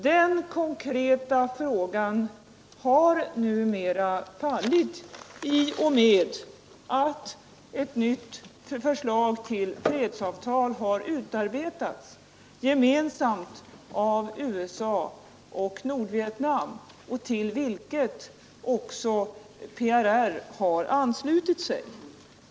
Denna konkreta fråga har fallit, i och med att ett nytt förslag till fredsavtal har utarbetats gemensamt av USA och Nordvietnam, till vilket PRR också har anslutit sig.